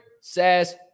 says